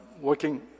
working